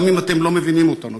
גם אם אתם לא מבינים אותנו,